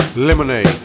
Lemonade